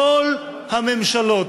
כל הממשלות,